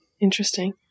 Interesting